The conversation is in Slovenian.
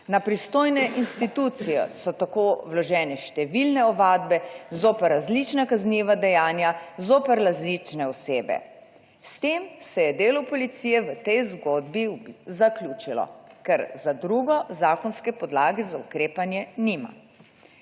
Na pristojne institucije so tako vložene številne ovadbe zoper različna kazniva dejanja zoper različne osebe. S tem se je delo policije v tej zgodbi zaključilo, ker za drugo zakonske podlage za ukrepanje nima.